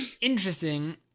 Interesting